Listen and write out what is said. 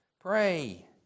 Pray